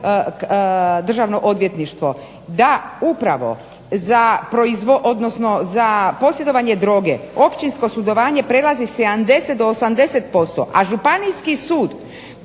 Državno odvjetništvo. Da upravo za, odnosno za posjedovanje droge općinsko sudovanje prelazi 70 do 80%, a županijski sud